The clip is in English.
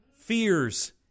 fears